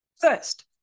First